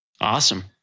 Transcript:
Awesome